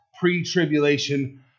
pre-tribulation